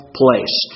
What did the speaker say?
place